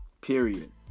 Period